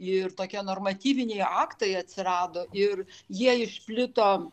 ir tokie normatyviniai aktai atsirado ir jie išplito